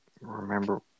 Remember